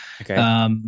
Okay